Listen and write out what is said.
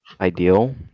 Ideal